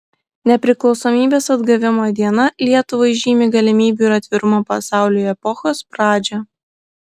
nepriklausomybės atgavimo diena lietuvai žymi galimybių ir atvirumo pasauliui epochos pradžią